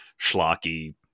schlocky